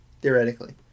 Theoretically